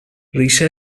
ریشه